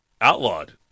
outlawed